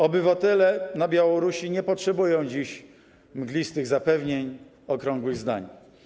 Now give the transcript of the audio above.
Obywatele na Białorusi nie potrzebują dziś mglistych zapewnień, okrągłych zdań.